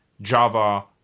Java